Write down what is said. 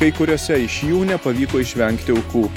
kai kuriose iš jų nepavyko išvengti aukų